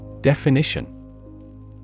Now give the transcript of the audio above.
Definition